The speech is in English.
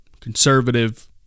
conservative